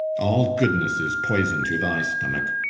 all goodnesse is poyson to thy stomacke